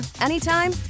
anytime